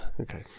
Okay